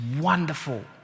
wonderful